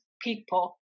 people